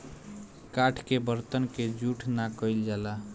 काठ के बरतन के जूठ ना कइल जाला